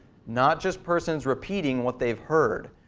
not just persons repeating what they have heard.